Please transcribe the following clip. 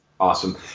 Awesome